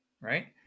right